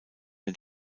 den